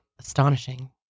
Astonishing